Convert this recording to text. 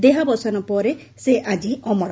ଦେହାବସାନ ପରେ ସେ ଆକି ଅମର